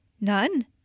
none